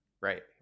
Right